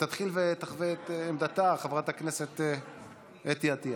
תתחיל ותחווה את עמדתה חברת הכנסת אתי עטייה,